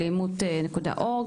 alimut.org,